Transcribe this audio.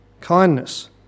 kindness